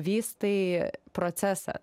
vystai procesą